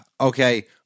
Okay